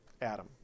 Adam